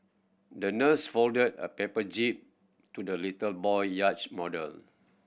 the nurse folded a paper jib to the little boy yacht model